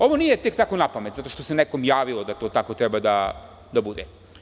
Ovo nije tek tako napamet, zato što se nekome javilo da to tako treba da bude.